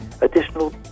additional